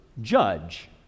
judge